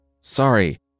sorry